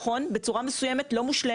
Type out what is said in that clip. לא בצורה מושלמת,